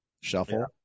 shuffle